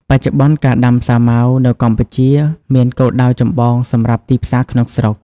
បច្ចុប្បន្នការដាំសាវម៉ាវនៅកម្ពុជាមានគោលដៅចម្បងសម្រាប់ទីផ្សារក្នុងស្រុក។